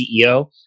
ceo